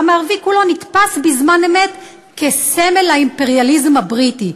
הערבי כולו נתפס בזמן אמת כסמל לאימפריאליזם הבריטי,